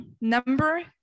number